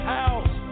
house